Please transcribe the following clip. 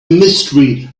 mystery